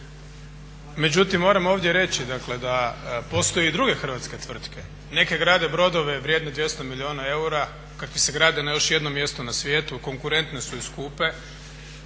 međutim moram ovdje reći dakle da postoje i druge hrvatske tvrtke. Neke grade brodove vrijedne 200 milijuna eura kakvi se grade na još jednom mjestu na svijetu, konkurentne su i skupe.